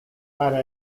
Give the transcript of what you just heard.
para